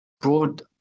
broad